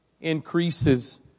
increases